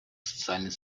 социальный